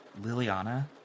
Liliana